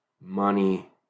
money